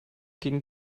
gegen